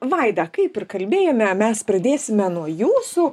vaida kaip ir kalbėjome mes pradėsime nuo jūsų